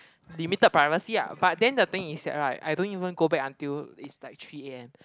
limited privacy ah but then the thing is that right I don't even go back until is like three a_m